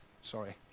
Sorry